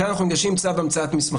לכן אנחנו ניגשים עם צו המצאת מסמכים.